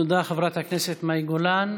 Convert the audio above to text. תודה, חברת הכנסת מאי גולן.